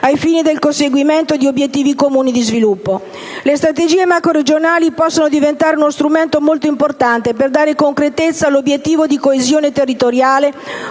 ai fini del conseguimento di obiettivi comuni di sviluppo. Le strategie macroregionali possono diventare uno strumento molto importante per dare concretezza all'obiettivo di coesione territoriale